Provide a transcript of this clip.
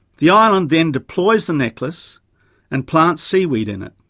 the island then deploys the necklace and plants seaweed in it,